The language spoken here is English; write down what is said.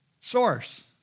source